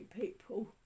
people